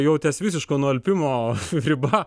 jau ties visiško nualpimo riba